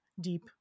deep